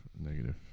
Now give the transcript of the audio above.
negative